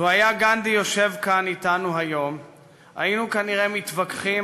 לו היה גנדי יושב כאן אתנו היום היינו כנראה מתווכחים